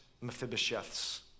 Mephibosheth's